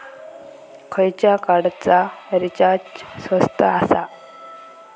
खयच्या कार्डचा रिचार्ज स्वस्त आसा?